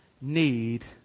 need